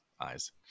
eyes